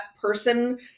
person